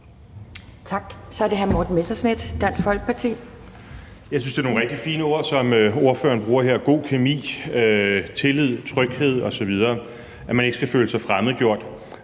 Kl. 10:35 Morten Messerschmidt (DF): Jeg synes, det er nogle rigtig fine ord, som ordføreren bruger her, altså god kemi, tillid, tryghed osv., at man ikke skal føle sig fremmedgjort.